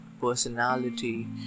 personality